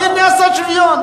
הנה, עשה שוויון.